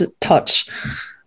touch